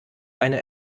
eine